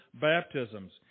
baptisms